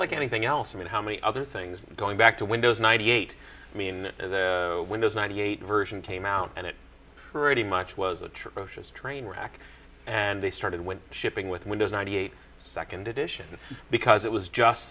like anything else i mean how many other things going back to windows ninety eight i mean the windows ninety eight version came out and it already much was atrocious trainwreck and they started when shipping with windows ninety eight second edition because it was just